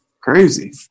Crazy